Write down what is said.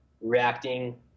reacting